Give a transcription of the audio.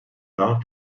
daha